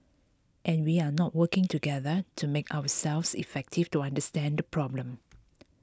and we are not working together to make ourselves effective to understand the problem